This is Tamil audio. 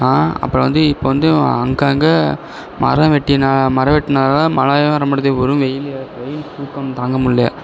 ஆனால் அப்புறம் வந்து இப்போ வந்து அங்கங்கே மரம் வெட்டினால் மரம் வெட்டினதால மழையும் வர மாட்டுது ஒரு வெயில் வெயில் புழுக்கம் தாங்க முடியல